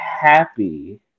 happy